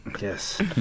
Yes